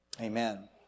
Amen